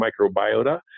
microbiota